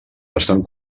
estan